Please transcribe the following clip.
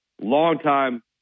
longtime